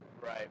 right